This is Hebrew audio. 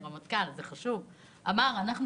הרמטכ"ל אמר את הדברים שמסר לנו תא"ל ודמני,